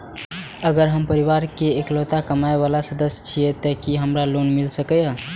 अगर हम परिवार के इकलौता कमाय वाला सदस्य छियै त की हमरा लोन मिल सकीए?